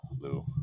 Lou